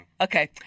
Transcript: Okay